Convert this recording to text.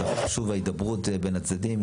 חשוב ההידברות בין הצדדים,